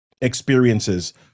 experiences